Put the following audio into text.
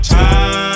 time